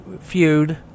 feud